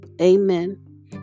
Amen